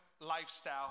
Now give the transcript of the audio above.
lifestyle